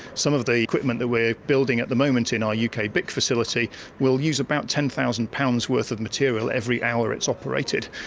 some of the equipment that we are building at the moment in our ukbic facility will use about ten thousand pounds worth of material every hour it's operated.